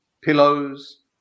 pillows